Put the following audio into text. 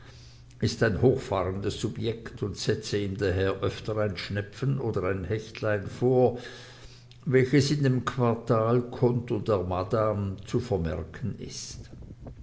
ist ein hochfahrendes subject und setze ihm daher öfter ein schnepfen oder ein hechtlein vor welches in dem quartal conto der madame zu vermerken ist